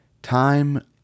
Time